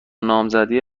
نامزدی